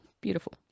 beautiful